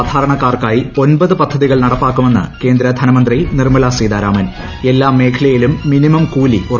സാധാരണക്കാർക്കായി ഒൻപത് പദ്ധതികൾ നടപ്പാക്കുമെന്ന് കേന്ദ്രധനമന്ത്രി നിർമ്മലാസീതാരാമൻ എല്ലാ മേഖലയിലും മിനിമം കൂലി ഉറപ്പാക്കും